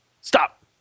Stop